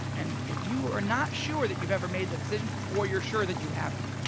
and if you are not sure that you've ever made that decision, or you're sure that you haven't,